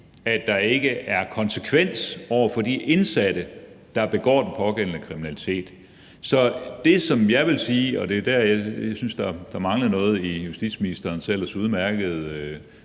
at der ikke er en konsekvens over for de indsatte, der begår den pågældende kriminalitet. Så det, som jeg vil sige, og der, hvor jeg syntes der manglede noget i justitsministerens ellers udmærkede